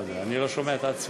מה זה, אני לא שומע את עצמי.